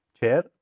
chair